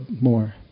more